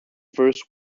first